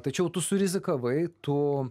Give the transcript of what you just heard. tačiau tu surizikavai tu